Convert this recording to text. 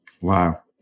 Wow